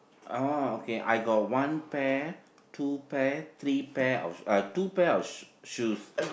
oh okay I got one pair two pair three pair of shoe uh two pair of sh~ shoes